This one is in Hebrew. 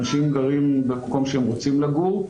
אנשים גרים במקום שהם רוצים לגור,